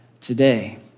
today